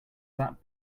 that